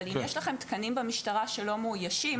אבל אם יש לכם תקנים במשטרה שלא מאוישים